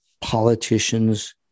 politicians